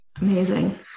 Amazing